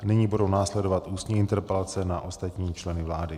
Nyní budou následovat ústní interpelace na ostatní členy vlády.